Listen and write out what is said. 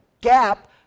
gap